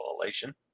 Elation